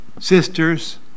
sisters